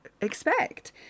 expect